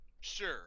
sure